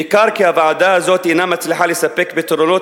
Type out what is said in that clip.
ניכר כי הוועדה הזו אינה מצליחה לספק פתרונות